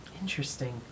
Interesting